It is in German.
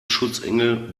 schutzengel